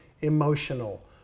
emotional